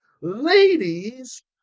Ladies